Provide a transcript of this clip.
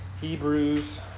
Hebrews